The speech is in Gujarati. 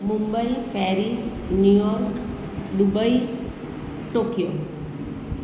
Mumbai Paris New York Dubai Tokyo